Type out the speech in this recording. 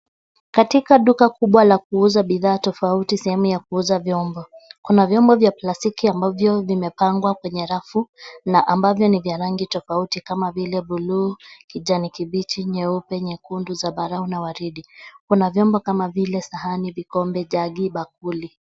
Katika duka kubwa la kuuza bidhaa tofauti, sehemu ya kuuza vyombo. Kuna vyombo vya plastiki ambavyo vimepangwa kwenye rafu na ambavyo ni vya rangi tofauti kama vile buluu, kijani kibichi, nyeupe, nyekundu, zambarau na waridi. Kuna vyombo kama vile sahani, vikombe, jagi, bakuli.